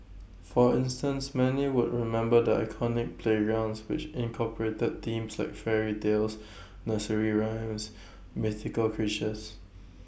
for instance many would remember the iconic playgrounds which incorporated themes like fairy tales nursery rhymes mythical creatures